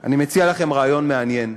אני מציע לכם רעיון מעניין,